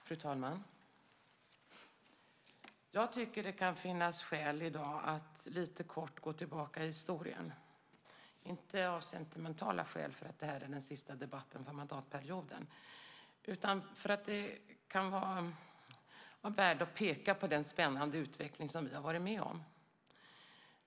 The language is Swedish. Fru talman! Jag tycker att det i dag kan finnas skäl att lite kort gå tillbaka i historien, inte av sentimentala skäl för att det här är den sista debatten under mandatperioden, utan för att det kan vara av värde att peka på den spännande utveckling som vi har varit med om.